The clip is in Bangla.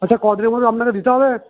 আচ্ছা কদিনের মধ্যে আপনাকে দিতে হবে